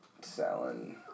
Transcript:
selling